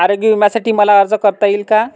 आरोग्य विम्यासाठी मला अर्ज करता येईल का?